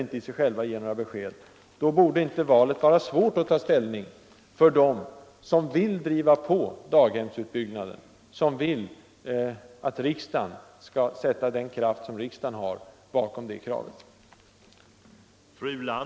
Det borde i detta — barnfamiljer, m.m. läge inte vara svårt att ta ställning, om man vill driva på daghemsut byggnaden och vill att riksdagen skall sätta sin kraft bakom detta krav.